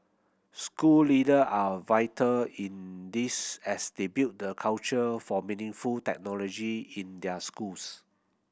school leader are vital in this as they build the culture for meaningful technology in their schools